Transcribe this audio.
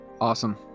Awesome